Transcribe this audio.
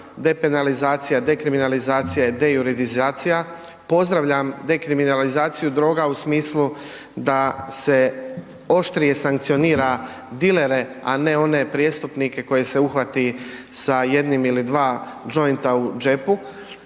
depenalizacija, dekriminalizacija i dejuridizacija. Pozdravljam dekriminalizaciju droga u smislu da se oštrije sankcionira dilere, a ne one prijestupnike koji se uhvati sa jednim ili dva jointa u džepu.